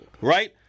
right